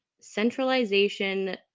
centralization